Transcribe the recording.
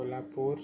Kolhapur